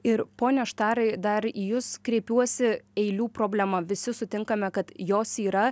ir pone štarai dar į jus kreipiuosi eilių problema visi sutinkame kad jos yra